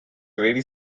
very